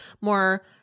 more